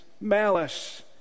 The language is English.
malice